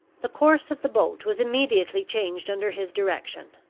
the course of the boat was immediately changed under his direction.